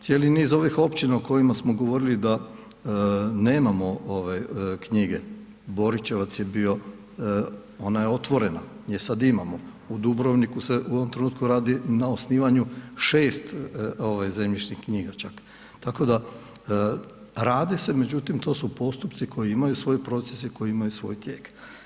Cijeli niz ovih općina o kojima smo govorili da nemamo knjige, Boričevac je bio, ona je otvorena jer sad imamo, u Dubrovniku se u ovom trenutku radi na osnivanju 6 zemljišnih knjiga čak, tako da radi se, međutim to su postupci koji imaju svoje procese i koji imaju svoj tijek.